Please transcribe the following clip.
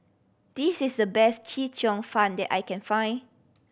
this is the best Chee Cheong Fun that I can find